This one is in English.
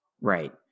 right